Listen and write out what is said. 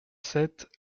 sept